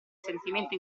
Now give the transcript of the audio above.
sentimento